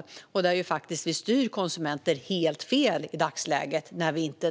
I dagsläget styr vi faktiskt konsumenterna helt fel